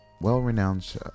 well-renowned